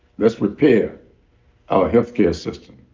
let's repair our health care system,